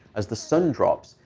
as the sun drops,